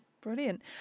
Brilliant